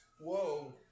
Whoa